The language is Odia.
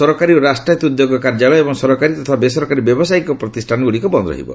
ସରକାରୀ ଓ ରାଷ୍ଟ୍ରାୟତ ଉଦ୍ୟୋଗ କାର୍ଯ୍ୟାଳୟ ଏବଂ ସରକାରୀ ତଥା ବେସରକାରୀ ବ୍ୟବସାୟ ପ୍ରତିଷ୍ଠାନ ଗୁଡ଼ିକ ବନ୍ଦ ରହିବ